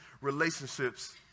relationships